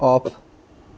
of